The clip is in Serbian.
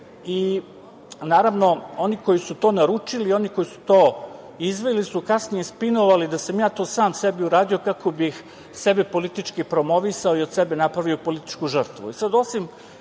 Naravno, oni koji su to naručili i oni koji su to izveli su kasnije to spinovali da sam ja to sam sebi uradio kako bih sebe političkih promovisao i od sebe napravio političku žrtvu.